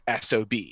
SOB